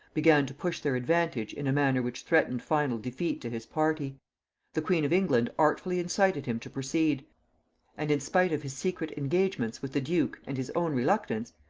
began to push their advantage in a manner which threatened final defeat to his party the queen of england artfuly incited him to proceed and in spite of his secret engagements with the duke and his own reluctance,